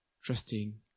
trusting